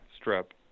Strip